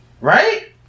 right